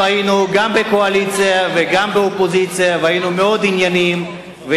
אנחנו היינו גם בקואליציה וגם באופוזיציה והיינו ענייניים מאוד,